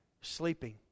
sleeping